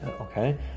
Okay